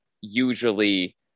usually